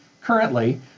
Currently